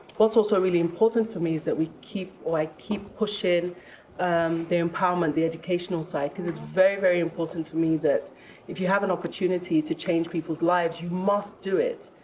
what's also really important for me is that we keep or i keep pushing the empowerment, the educational side. because it's very, very important to me that if you have an opportunity to change people's lives, you must do it.